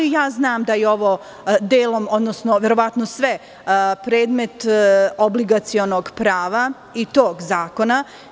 Znam da je ovo delom, a verovatno sve, predmet obligacionog prava i tog zakona.